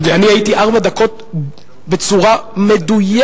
אני הייתי ארבע דקות בצורה מדויקת.